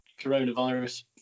coronavirus